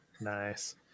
Nice